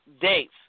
dates